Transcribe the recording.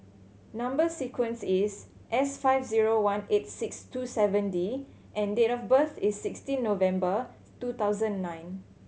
number sequence is S five zero one eight six two seven D and date of birth is sixteen November two thousand nine